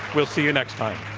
we'll see you next time.